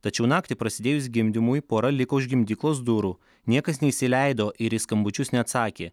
tačiau naktį prasidėjus gimdymui pora liko už gimdyklos durų niekas neįsileido ir į skambučius neatsakė